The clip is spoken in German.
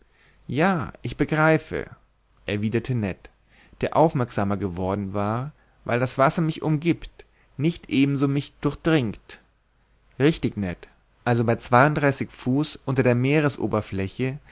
ja ich begreife erwiderte ned der aufmerksamer geworden war weil das wasser mich umgiebt nicht ebenso mich durchdringt richtig ned also bei zweiunddreißig fuß unter der